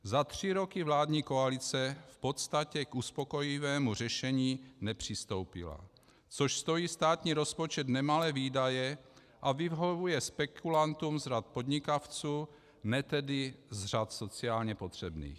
Za tři roky vládní koalice v podstatě k uspokojivému řešení nepřistoupila, což stojí státní rozpočet nemalé výdaje a vyhovuje spekulantům z řad podnikavců, ne tedy z řad sociálně potřebných.